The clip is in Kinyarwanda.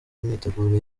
imyiteguro